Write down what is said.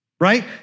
right